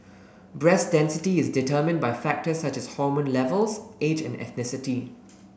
breast density is determined by factors such as hormone levels age and ethnicity